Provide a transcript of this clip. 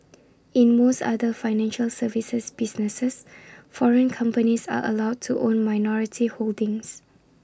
in most other financial services businesses foreign companies are allowed to own minority holdings